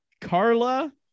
Carla